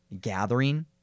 gathering